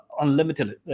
unlimited